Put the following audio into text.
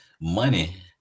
money